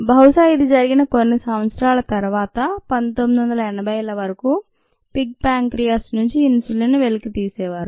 బహుశా ఇది జరిగిన కొన్ని సంవత్సరాల తరువాత 1980ల వరకు పిగ్ ప్యాంక్రీయాస్ నుండి ఇన్సులిన్ వెలికితీసేవారు